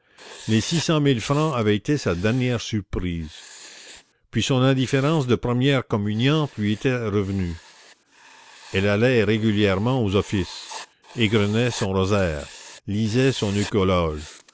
les six cent mille francs avaient été sa dernière surprise puis son indifférence de première communiante lui était revenue elle allait régulièrement aux offices égrenait son rosaire lisait son eucologe